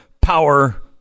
power